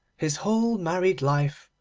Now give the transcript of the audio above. his whole married life,